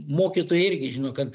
mokytojai irgi žino kad